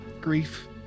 Grief